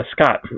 Scott